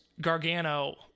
Gargano